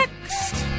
next